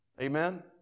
Amen